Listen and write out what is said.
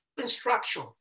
instruction